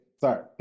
Sorry